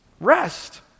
Rest